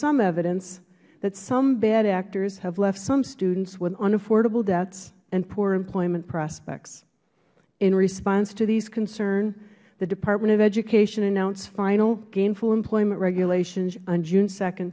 some evidence that some bad actors have left some students with unaffordable debts and poor employment prospects in response to these concerns the department of education announced final gainful employment regulations on june